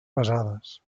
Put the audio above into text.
pesades